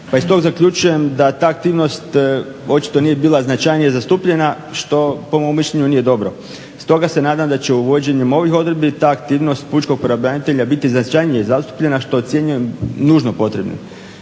pa iz tog zaključujem da ta aktivnost očito nije bila značajnije zastupljena što po mom mišljenju nije dobro. Stoga se nadam da će uvođenjem ovih odredbi ta aktivnost pučkog pravobranitelja biti značajnije zastupljena što ocjenjujem nužno potrebnim.